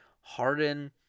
Harden